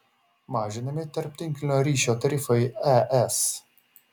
mažinami tarptinklinio ryšio tarifai es